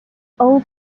old